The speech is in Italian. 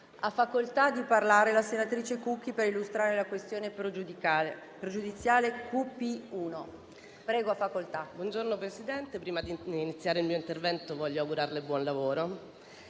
Ha chiesto di intervenire la senatrice Cucchi per illustrare la questione pregiudiziale QP1.